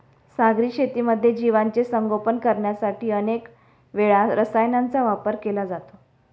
सागरी शेतीमध्ये जीवांचे संगोपन करण्यासाठी अनेक वेळा रसायनांचा वापर केला जातो